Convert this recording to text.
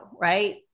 right